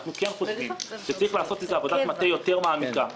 אנחנו כן חושבים שצריך לעשות איזו עבודת מטה מעמיקה יותר,